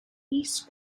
east